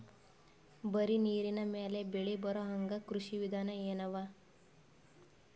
ಬರೀ ನೀರಿನ ಮೇಲೆ ಬೆಳಿ ಬರೊಹಂಗ ಕೃಷಿ ವಿಧಾನ ಎನವ?